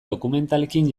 dokumentalekin